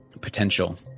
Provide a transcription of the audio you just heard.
potential